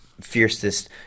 fiercest